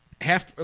Half